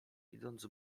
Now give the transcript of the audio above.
idąc